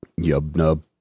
Yubnub